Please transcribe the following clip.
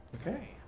Okay